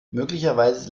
möglicherweise